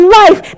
life